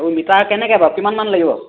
আৰু মিটাৰ কেনেকৈ বাৰু কিমান মান লাগিব